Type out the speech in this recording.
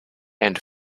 and